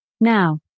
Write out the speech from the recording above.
Now